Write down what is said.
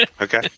Okay